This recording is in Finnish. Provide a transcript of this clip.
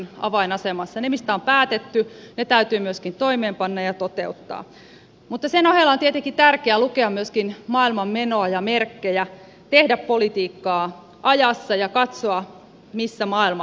ne mistä on päätetty täytyy myöskin toimeenpanna ja toteuttaa mutta sen ohella on tietenkin tärkeää lukea myöskin maailman menoa ja merkkejä tehdä politiikkaa ajassa ja katsoa missä maailma menee